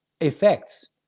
effects